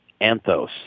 anthos